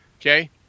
Okay